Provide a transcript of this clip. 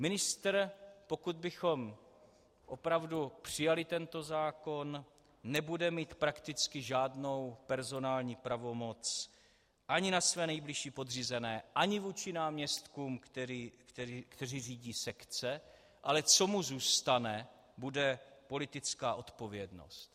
Ministr, pokud bychom opravdu přijali tento zákon, nebude mít prakticky žádnou personální pravomoc ani na své nejbližší podřízené ani vůči náměstkům, kteří řídí sekce, ale co mu zůstane, bude politická odpovědnost.